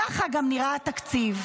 כך גם נראה התקציב.